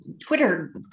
Twitter